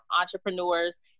entrepreneurs